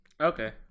Okay